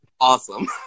awesome